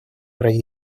ради